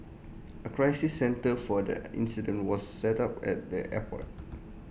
A crisis centre for the incident was set up at the airport